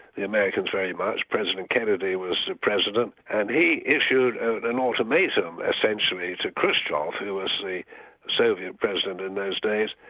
the americans very much. president kennedy was the president and he issued an ultimatum essentially, to khrushchev, who was the soviet president in those days,